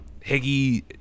Higgy